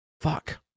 Fuck